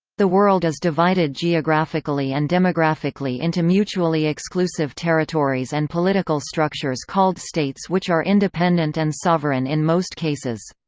the world is divided geographically and demographically into mutually exclusive territories and political structures called states which are independent and sovereign in most cases.